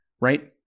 right